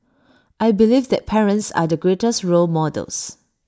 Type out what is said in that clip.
I believe that parents are the greatest role models